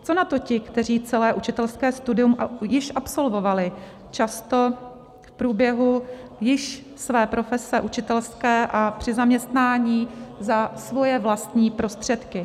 Co na to ti, kteří celé učitelské studium již absolvovali, často v průběhu již své profese učitelské a při zaměstnání za svoje vlastní prostředky?